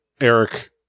Eric